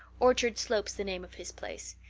orchard slope's the name of his place.